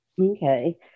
okay